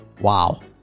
Wow